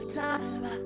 time